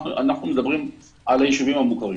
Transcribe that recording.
אנחנו מדברים על היישובים המוכרים.